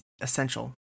essential